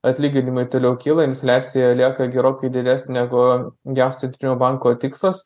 atlyginimai toliau kyla infliacija lieka gerokai didesnė negu jav centrinio banko tikslas